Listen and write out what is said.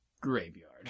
Graveyard